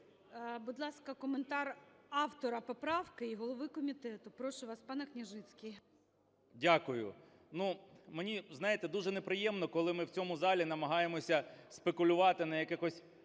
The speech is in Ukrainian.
Будь ласка, коментар автора поправки і голови комітету. Прошу вас, пане Княжицький. 16:12:12 КНЯЖИЦЬКИЙ М.Л. Дякую. Ну, мені, знаєте, дуже неприємно, коли ми в цьому залі намагаємося спекулювати на якихось